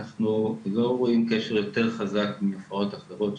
אנחנו לא רואים קשר יותר חזק מתופעות אחרות.